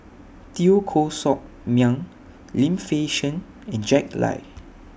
Teo Koh Sock Miang Lim Fei Shen and Jack Lai